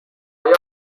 پنبه